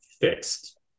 fixed